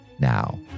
now